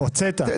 הוצאת.